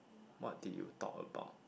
what did you talk about